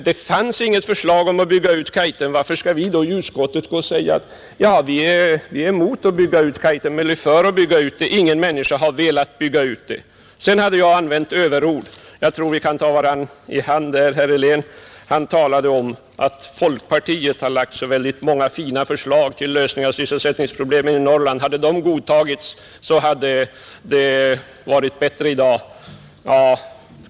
Det förelåg inget förslag om att bygga ut Kaitum. Varför skall vi då i utskottet ta upp saken och säga: ”Vi är emot att bygga ut Kaitum eller för att bygga ut det?” Ingen människa har velat bygga ut det. Sedan beskylldes jag för att ha använt överord, Jag tror att vi kan ta varandra i hand därvidlag, herr Helén. Herr Helén talade om att folkpartiet har lagt så många fina förslag till lösning av sysselsättningsproblemen i Norrland. Hade de godtagits så hade det varit bättre i dag, menade herr Helén.